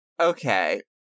okay